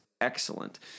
excellent